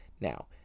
Now